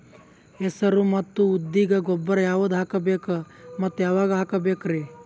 ಹೆಸರು ಮತ್ತು ಉದ್ದಿಗ ಗೊಬ್ಬರ ಯಾವದ ಹಾಕಬೇಕ ಮತ್ತ ಯಾವಾಗ ಹಾಕಬೇಕರಿ?